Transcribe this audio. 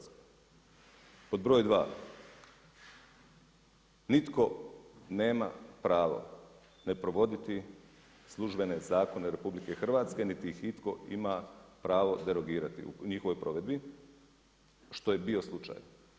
Pod broj dva, nitko nema pravo ne provoditi službene zakone RH niti ih itko ima pravo derogirati u njihovoj provedbi, što je bio slučaj.